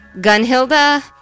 Gunhilda